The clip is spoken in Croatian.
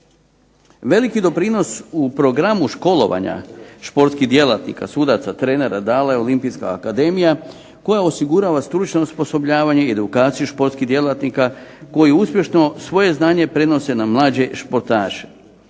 Veliki doprinos u programu školovanja športskih djelatnika, sudaca, trenera dala je olimpijska akademija koja osigurava stručno osposobljavanje edukaciju športskih djelatnika koje uspješno svoje znanje prenose na mlađe športaše.